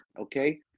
okay